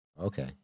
Okay